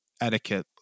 etiquette